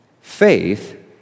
Faith